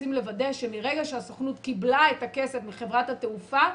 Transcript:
רוצים לוודא שמרגע שהסוכנות קיבלה את הכסף מחברת התעופה,